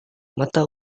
mata